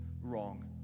wrong